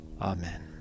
Amen